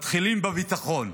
מתחילים בביטחון.